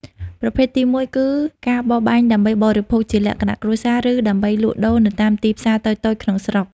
ប្រភេទទីមួយគឺ ការបរបាញ់ដើម្បីបរិភោគជាលក្ខណៈគ្រួសារ ឬដើម្បីលក់ដូរនៅតាមទីផ្សារតូចៗក្នុងស្រុក។